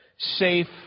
safe